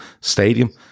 stadium